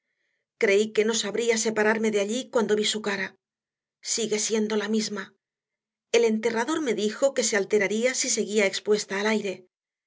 creí que no sabría separarme de allí cuando vi su cara sigue siendo la misma el enterrador me dijo que se alteraría si seguía expuesta al aire